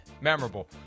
memorable